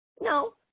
No